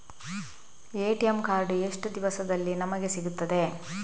ATM card ಎಷ್ಟು ದಿವಸದಲ್ಲಿ ನಮಗೆ ಸಿಗುತ್ತದೆ?